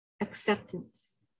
acceptance